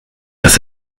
dass